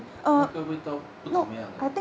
那个味道不怎么样啊